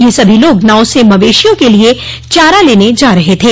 यह सभी लोग नाव से मवेशियों के लिए चारा लेने जा रहे थे